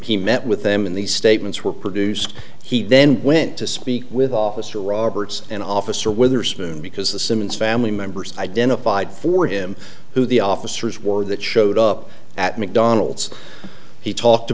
he met with them in these statements were produced he then went to speak with officer roberts and officer witherspoon because the simmons family members identified for him who the officers were that showed up at mcdonald's he talked to